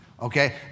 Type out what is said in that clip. Okay